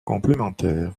complémentaire